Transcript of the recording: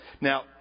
Now